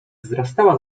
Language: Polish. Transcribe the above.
wzrastała